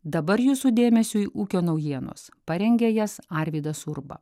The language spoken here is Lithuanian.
dabar jūsų dėmesiui ūkio naujienos parengė jas arvydas urba